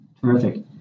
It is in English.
Terrific